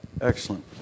Excellent